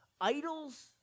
Idols